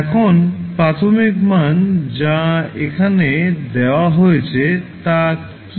এখন প্রাথমিক মান যা এখানে দেওয়া হয়েছে তা কি